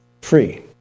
Free